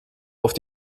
auf